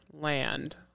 land